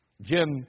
Jim